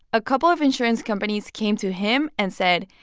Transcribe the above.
a couple of insurance companies came to him and said,